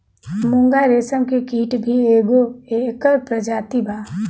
मूंगा रेशम के कीट भी एगो एकर प्रजाति बा